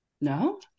No